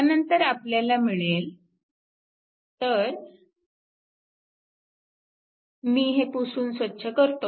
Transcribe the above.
त्यानंतर आपल्याला मिळेल तर मी हे पुसून स्वच्छ करतो